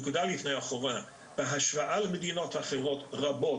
בהשוואה למדינות רבות אחרות,